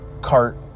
cart